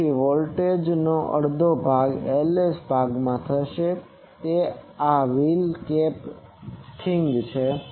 તેથી વોલ્ટેજનો અડધો ભાગ Ls ભાગમાં થશે તેથી આ વ્હીલર કેપ થિંગ છે